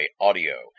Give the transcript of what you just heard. Audio